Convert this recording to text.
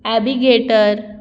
एबिगेटर